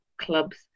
clubs